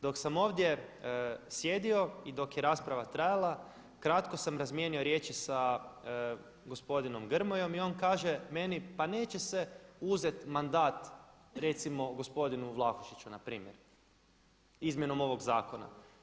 Dok sam ovdje sjedio i dok je rasprava trajala kratko sam razmijenio riječi sa gospodinom Grmojom i on kaže meni pa neće se uzeti mandat recimo gospodinu Vlahušiću npr. izmjenom ovog zakona.